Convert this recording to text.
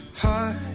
heart